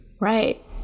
Right